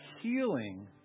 healing